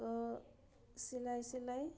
চিলাই চিলাই